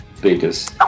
biggest